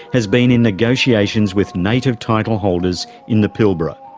has been in negotiations with native title holders in the pilbara.